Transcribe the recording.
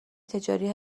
تجاری